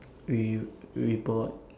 we we bought